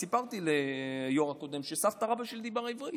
סיפרתי ליו"ר הקודם שסבתא-רבתא שלי דיברה עברית.